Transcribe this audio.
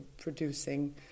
producing